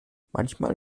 manchmal